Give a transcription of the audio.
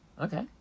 Okay